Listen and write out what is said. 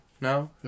No